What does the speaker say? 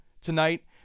tonight